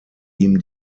ihm